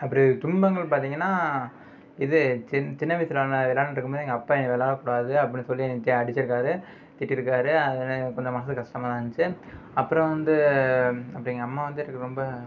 அப்படி துன்பங்கள் பார்த்தீங்கன்னா இது சின் சின்ன வயசில் நான் விளையாண்டுட்ருக்கம்போது எங்கள் அப்பா என்ன விளாடக்கூடாது அப்படின்னு சொல்லி எல்லாத்தையும் அடிச்சிருக்கார் திட்டிருக்கார் அதுனா எப்பிடின்னா மனசு கஷ்டமாதான் இருந்துச்சு அப்புறம் வந்து அப்புறம் எங்கள் அம்மா வந்து எனக்கு ரொம்ப